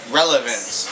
relevance